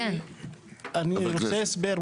--- אני רוצה הסבר,